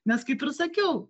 nes kaip ir sakiau